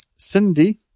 Cindy